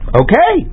okay